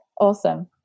Awesome